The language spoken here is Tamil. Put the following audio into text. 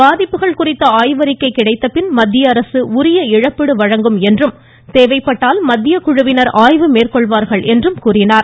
பாதிப்புகள் குறித்த ஆய்வறிக்கை கிடைத்தபின் மத்தியஅரசு உரிய இழப்பீடு வழங்கும் என்றும் தேவைப்பட்டால் மத்திய குழுவினர் ஆய்வு மேற்கொள்வார்கள் என்றும் கூறினார்